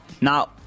Now